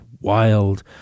wild